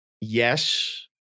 yes